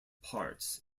parts